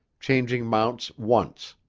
changing mounts once.